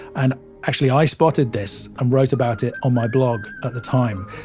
and actually, i spotted this and wrote about it on my blog at the time.